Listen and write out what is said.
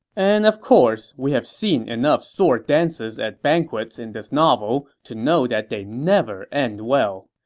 and of course, we've seen enough sword dances at banquets in this novel to know that they never end well.